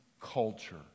culture